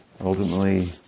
ultimately